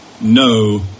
no